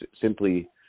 simply